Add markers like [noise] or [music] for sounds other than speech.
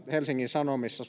helsingin sanomissa [unintelligible]